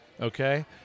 Okay